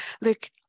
look